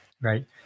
Right